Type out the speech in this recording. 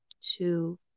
two